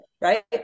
Right